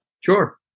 Sure